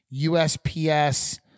USPS